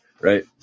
Right